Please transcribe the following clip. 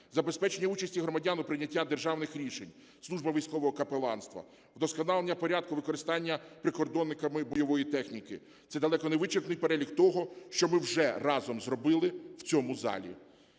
забезпечення участі громадян у прийнятті державних рішень, служба військового капеланства, вдосконалення порядку використання прикордонниками бойової техніки – це далеко невичерпний перелік того, що ми вже разом зробили в цьому залі.